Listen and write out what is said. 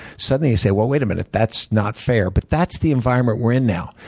suddenly you say, well, wait a minute, that's not fair. but that's the environment we're in now.